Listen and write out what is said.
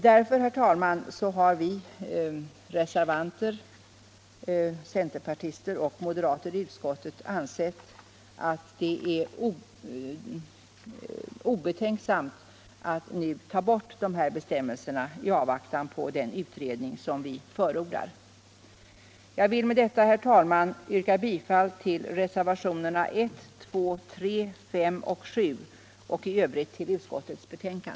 Därför, herr talman, har vi reservanter — centerpartister och moderater i utskottet — ansett att det är obetänksamt att nu ta bort dessa bestämmelser i avvaktan på den utredning som vi förordar. Jag vill med detta, herr talman, yrka bifall till reservationerna 1, 2, 3, 5 och 7, och i övrigt till utskottets hemställan.